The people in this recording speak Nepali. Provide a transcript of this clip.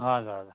हजुर हजुर